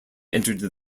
entered